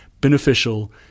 beneficial